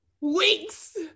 weeks